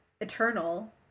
eternal